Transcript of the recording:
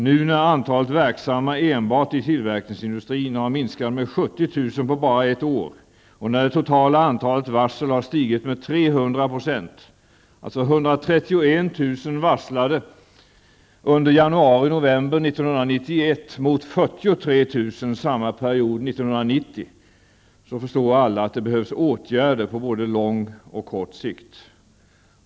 Nu, när antalet verksamma enbart i tillverkningsindustrin har minskat med 70 000 på bara ett år och när det totala antalet varsel har stigit med 300 %-- 131 000 samma period 1990 -- då förstår alla att det behövs åtgärder på både lång och kort sikt.